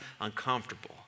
uncomfortable